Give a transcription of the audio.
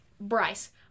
Bryce